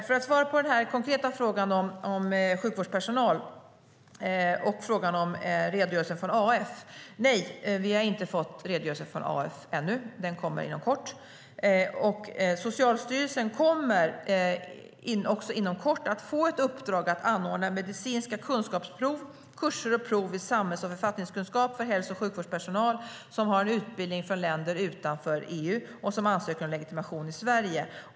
För att svara på den konkreta frågan om sjukvårdspersonal och redogörelsen från AF: Nej, vi har ännu inte fått redogörelsen från AF. Den kommer inom kort. Socialstyrelsen kommer inom kort att få ett uppdrag att anordna medicinska kunskapsprov samt kurser och prov i samhälls och författningskunskap för hälso och sjukvårdspersonal som har en utbildning från länder utanför EU och som har ansökt om legitimation i Sverige.